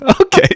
Okay